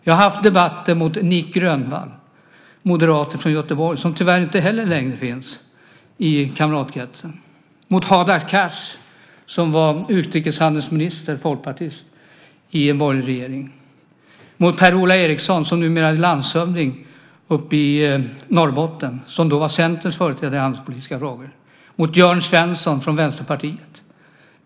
Jag har haft debatter mot Nic Grönvall, moderat från Göteborg som tyvärr inte heller längre finns i kamratkretsen, mot Hadar Cars, som var folkpartistisk utrikeshandelsminister i en borgerlig regering, mot Per-Ola Eriksson, som numera är landshövding uppe i Norrbotten men som då var Centerns företrädare i handelspolitiska frågor, och mot Jörn Svensson från Vänsterpartiet.